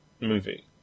movie